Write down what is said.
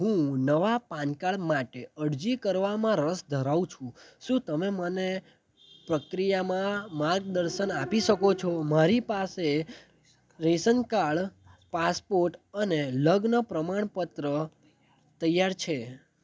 હું નવાં PAN card માટે અરજી કરવામાં રસ ધરાવું છું શું તમે મને પ્રક્રિયામાં માર્ગદર્શન આપી શકો છો મારી પાસે રેસન કાળ પાસપોર્ટ અને લગ્ન પ્રમાણપત્ર તૈયાર છે